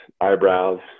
eyebrows